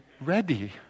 ready